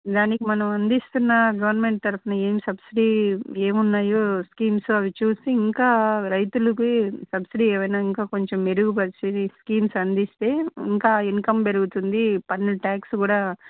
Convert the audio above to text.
దానికి మనం అందిస్తున్న గవర్నమెంట్ తరుపున ఏం సబ్సిడీ ఏమి ఉన్నాయో స్కీమ్స్ అవి చూసి ఇంకా రైతులకి సబ్సిడీ ఏమైన ఇంకా కొంచెం మెరుగుపరిచేది స్కీమ్స్ అందిస్తే ఇంకా ఇన్కం పెరుగుతుంది పన్ను టాక్స్ కూడా